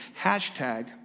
hashtag